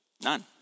None